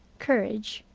courage,